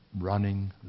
running